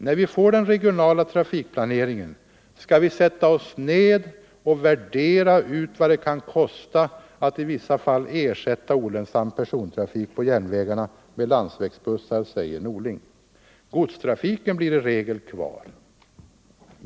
När vi får den regionala trafikplaneringen skall vi sätta oss ned och värdera ut vad det kan kosta att i vissa fall ersätta olönsam persontrafik på järnvägarna med landsvägsbussar, säger Bengt Norling. Godstrafiken blir i regel kvar.